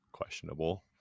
Questionable